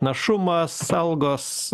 našumas algos